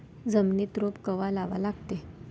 जमिनीत रोप कवा लागा लागते?